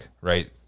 Right